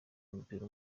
w’umupira